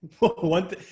one